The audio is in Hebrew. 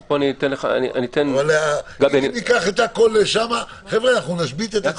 אבל היא יכולה להשתנות.